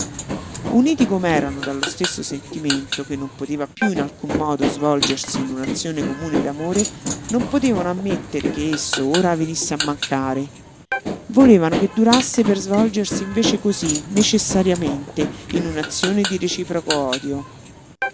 uniti com'erano dallo stesso sentimento che non poteva piú in alcun modo svolgersi in un'azione comune d'amore non potevano ammettere che esso ora venisse a mancare volevano che durasse per svolgersi invece cosí necessariamente in un'azione di reciproco odio